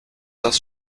das